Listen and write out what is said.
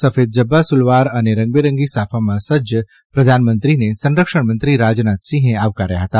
સફેદ જભ્ભા સુરવાલ અને રંગબેરંગી સાફામાં સજજ પ્રધાનમંત્રીને સંરક્ષણ મંત્રી રાજનાથસિંહે આવકાર્યા હતા